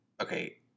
Okay